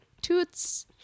toots